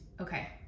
Okay